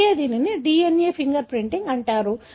అందుకే దీనిని DNA finger printing అంటారు